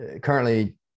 currently